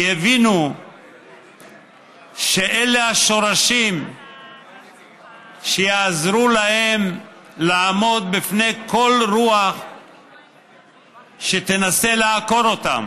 כי הבינו שאלה השורשים שיעזרו להם לעמוד בפני כל רוח שתנסה לעקור אותם.